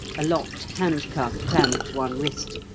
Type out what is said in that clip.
a locked handcuff clamped one wrist,